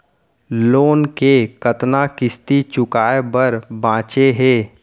Loan के कतना किस्ती चुकाए बर बांचे हे?